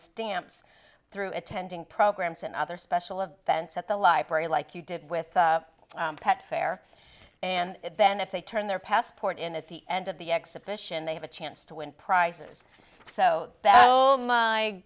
stamps through attending programs and other special events at the library like you did with pet fair and then if they turn their passport in at the end of the exhibition they have a chance to win prizes so